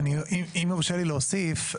אם יורשה לי להוסיף.